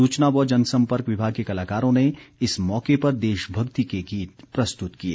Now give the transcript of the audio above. सूचना व जनसंपर्क विभाग के कलाकारों ने इस मौके पर देश भक्ति के गीत प्रस्तुत किए